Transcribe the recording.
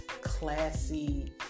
classy